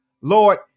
Lord